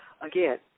again